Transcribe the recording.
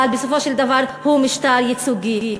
בסופו של דבר הוא משטר ייצוגי.